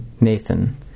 Nathan